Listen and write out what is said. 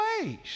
ways